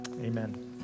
Amen